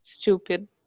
stupid